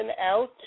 out